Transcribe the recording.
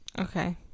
Okay